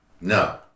No